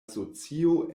socio